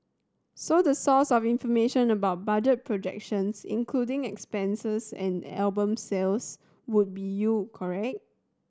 so the source of information about budget projections including expense and album sales would be you correct